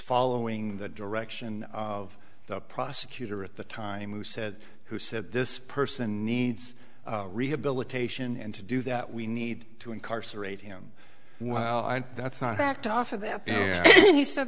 following the direction of the prosecutor at the time who said who said this person needs rehabilitation and to do that we need to incarcerate him well and that's not backed off of that